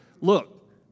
Look